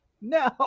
No